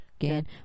again